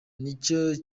nicyo